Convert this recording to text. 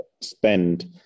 spend